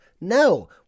No